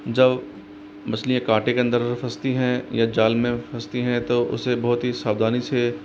जब मछलियाँ काटे के अंदर फंसती हैं या जाल में फंसती हैं तो उसे बहुत ही सावधानी से